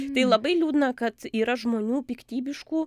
tai labai liūdna kad yra žmonių piktybiškų